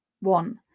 One